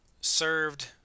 served